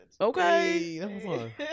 Okay